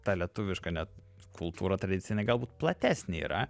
ta lietuviška net kultūra tradicinė galbūt platesnė yra